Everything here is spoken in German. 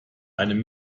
einem